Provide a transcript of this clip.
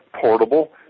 portable